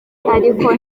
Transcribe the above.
ariko